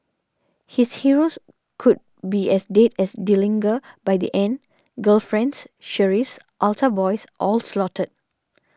his heroes could be as dead as Dillinger by the end girlfriends sheriffs altar boys all slaughtered